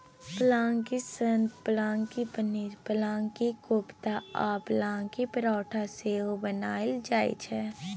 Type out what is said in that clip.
पलांकी सँ पलांकी पनीर, पलांकी कोपता आ पलांकी परौठा सेहो बनाएल जाइ छै